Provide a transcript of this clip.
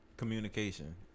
Communication